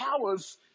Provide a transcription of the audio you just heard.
powers